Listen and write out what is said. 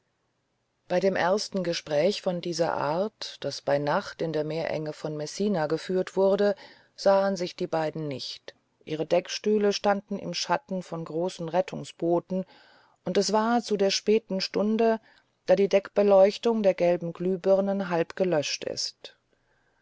bei dem ersten gespräch von dieser art das bei nacht in der meeresenge von messina geführt wurde sahen sich die beiden nicht ihre deckstühle standen im schatten von großen rettungsbooten und es war zu der späten stunde da die deckbeleuchtung der gelben glühbirnen halb gelöscht ist